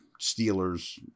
Steelers